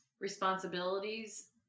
responsibilities